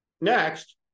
Next